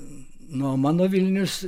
nu o mano vilnius